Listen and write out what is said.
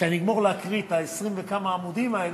כשאגמור להקריא את 20 ומשהו העמודים האלה,